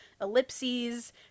ellipses